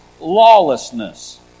lawlessness